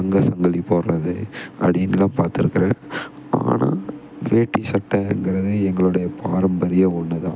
தங்க சங்கிலி போடுறது அப்படின்லாம் பார்த்துருக்குறேன் ஆனால் வேட்டி சட்டம்கறது எங்களோடைய பாரம்பரிய ஒன்று தான்